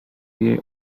jej